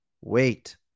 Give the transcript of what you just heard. Wait